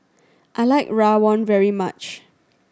I like rawon very much